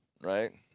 right